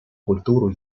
культуру